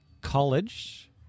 college